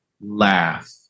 laugh